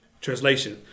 Translation